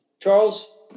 charles